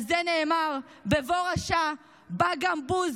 על זה נאמר: "בבוא רשע בא גם בוז,